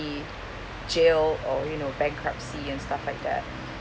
jailed or you know bankruptcy and stuff like that